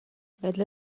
vedle